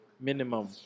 Minimum